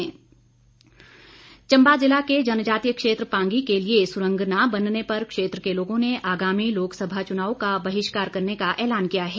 मांगपत्र चंबा जिला के जनजातीय क्षेत्र पांगी के लिए सुरंग न बनने पर क्षेत्र के लोगों ने आगामी लोकसभा चुनाव का बहिष्कार करने का एलान किया है